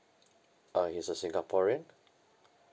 uh he's a singaporean